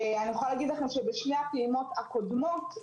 אני יכולה להגיד לכם שבשתי הפעימות הקודמות ,